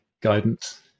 guidance